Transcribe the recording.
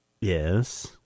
Yes